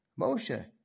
Moshe